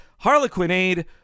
Harlequinade